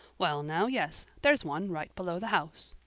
well now, yes, there's one right below the house.